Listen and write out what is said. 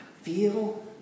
feel